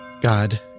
god